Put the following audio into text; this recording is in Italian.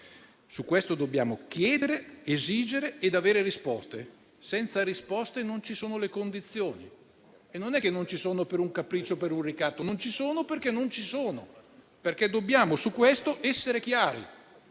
Su questo dobbiamo chiedere, esigere ed avere risposte; senza risposte non ci sono le condizioni, e non è che non ci sono per un capriccio o per un ricatto: non ci sono perché non ci sono. Su questo dobbiamo essere chiari.